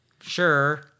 Sure